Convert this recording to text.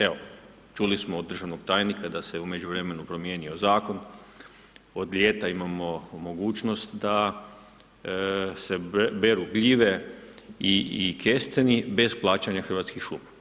Evo, čuli smo od državnog tajnika da se u međuvremenu promijenio zakon, od ljeta imamo mogućnost da se beru gljive i kesteni bez plaćanja Hrvatskih šuma.